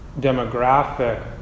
demographic